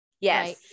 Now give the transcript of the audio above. yes